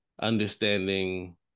understanding